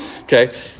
Okay